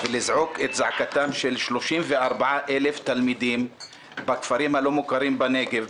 ולזעוק את זעקתם של 34,000 תלמידים בכפרים הלא מוכרים בנגב,